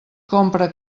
compra